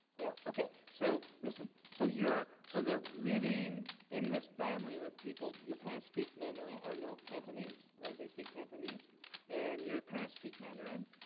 yeah, okay. so, listen, so you're so, they're living in this family with people, your parents speak mandarin or no, cantonese, right? they speak cantonese and your parents speak mandarin?